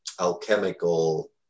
alchemical